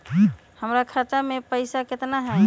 हमर खाता मे पैसा केतना है?